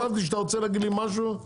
חשבתי שאתה רוצה להגיד לי משהו.